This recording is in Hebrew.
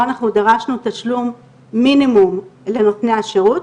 אנחנו דרשנו תשלום מינימום לנותני השירות.